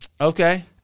Okay